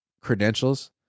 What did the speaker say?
credentials